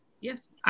Yes